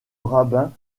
rabin